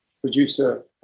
producer